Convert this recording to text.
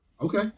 Okay